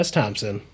Thompson